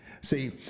See